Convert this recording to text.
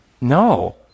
No